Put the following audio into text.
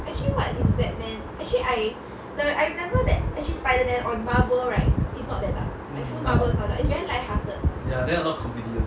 ya then a lot comedy also